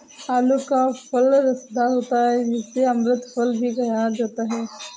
आलू का फल रसदार होता है जिसे अमृत फल भी कहा जाता है